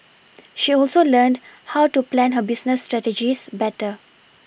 she also learned how to plan her business strategies better